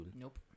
Nope